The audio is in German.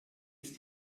ist